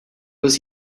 was